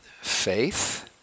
faith